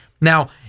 Now